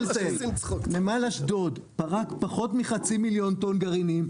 נמל אשדוד פרק פחות מחצי מיליון טון גרעינים.